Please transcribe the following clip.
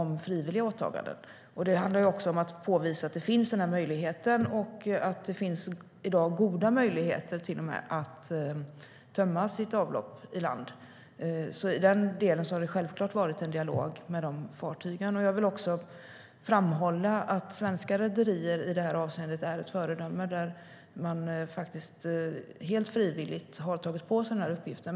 Det handlar också om att påvisa att den här möjligheten finns och att det i dag finns goda möjligheter till och med att tömma sitt avlopp i land. I den delen har det självklart förts en dialog med de fartygen. Jag vill också framhålla att svenska rederier i det här avseendet är ett föredöme. Man har helt frivilligt tagit på sig den här uppgiften.